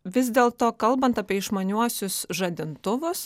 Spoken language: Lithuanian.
vis dėlto kalbant apie išmaniuosius žadintuvus